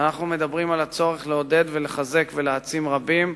ואנחנו מדברים על הצורך לעודד ולחזק ולהעצים רבים,